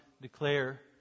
declare